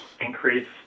increase